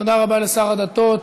תודה רבה לשר לשירותי דת.